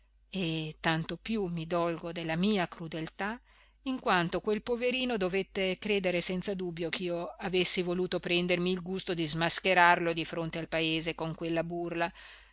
e tanto più mi dolgo della mia crudeltà in quanto quel poverino dovette credere senza dubbio ch'io avessi voluto prendermi il gusto di smascherarlo di fronte al paese con quella burla